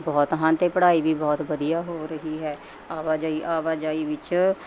ਬਹੁਤ ਹਨ ਅਤੇ ਪੜ੍ਹਾਈ ਵੀ ਬਹੁਤ ਵਧੀਆ ਹੋ ਰਹੀ ਹੈ ਆਵਾਜਾਈ ਆਵਾਜਾਈ ਵਿੱਚ